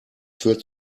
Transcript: führt